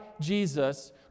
Jesus